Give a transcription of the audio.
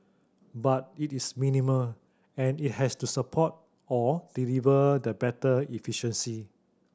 but it is minimal and it has to support or deliver the better efficiency